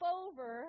over